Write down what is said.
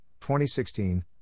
2016